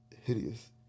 hideous